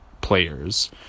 players